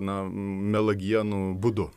na melagienų būdu